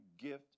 gift